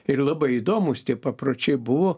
ir labai įdomūs tie papročiai buvo